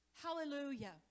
Hallelujah